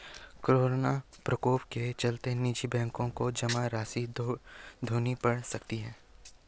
corona प्रकोप के चलते निजी बैंकों को जमा राशि खोनी पढ़ सकती है